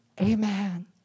Amen